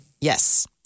Yes